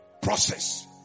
process